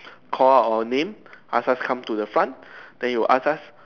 call out our name ask us come to the front then he will ask us